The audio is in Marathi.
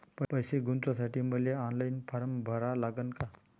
पैसे गुंतवासाठी मले ऑनलाईन फारम भरा लागन का?